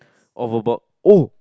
all about oh